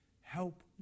Help